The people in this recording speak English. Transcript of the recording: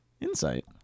insight